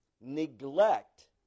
neglect